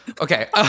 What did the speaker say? Okay